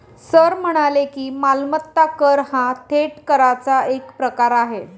sir म्हणाले की, मालमत्ता कर हा थेट कराचा एक प्रकार आहे